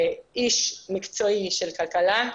איש מקצועי של כלכלה,